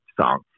song